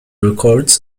records